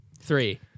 three